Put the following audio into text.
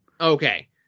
Okay